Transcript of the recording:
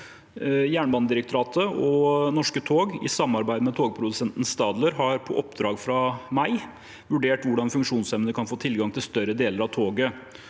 Jernbanedirektoratet og Norske Tog, i samarbeid med togprodusenten Stadler, har på oppdrag fra meg vurdert hvordan funksjonshemmede kan få tilgang til større deler av toget.